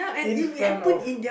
in front of